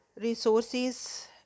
resources